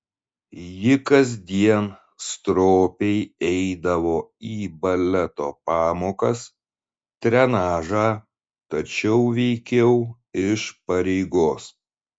ji kasdien stropiai eidavo į baleto pamokas trenažą tačiau veikiau iš pareigos